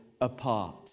apart